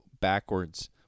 backwards